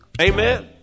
Amen